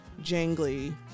jangly